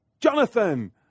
Jonathan